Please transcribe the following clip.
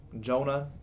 Jonah